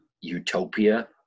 utopia